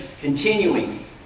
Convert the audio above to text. Continuing